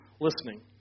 listening